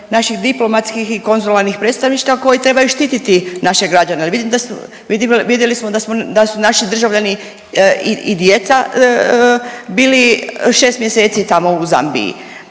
naših diplomatskih i konzularnih predstavništva koji trebaju štititi naše građene, al vidjeli smo da su naši državljani i djeca bili šest mjeseci tamo u Zambiji.